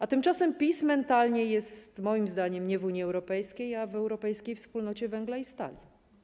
A tymczasem PiS mentalnie jest moim zdaniem nie w Unii Europejskiej, ale w Europejskiej Wspólnocie Węgla i Stali.